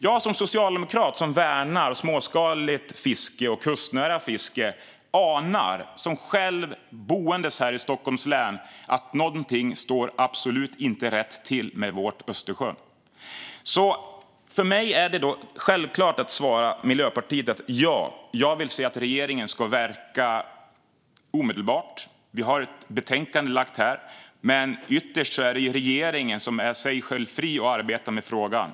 Jag som socialdemokrat som värnar småskaligt och kustnära fiske och som boende här i Stockholms län anar att det är någonting som absolut inte står rätt till med vårt Östersjön. För mig är det därför självklart att svara Miljöpartiet: Ja, jag vill se att regeringen verkar omedelbart. Vi har ett betänkande här, men ytterst är det regeringen som är fri att själv arbeta med frågan.